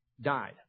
died